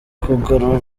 kugarura